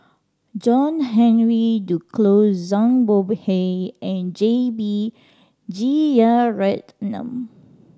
John Henry Duclos Zhang Bohe and J B Jeyaretnam